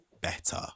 better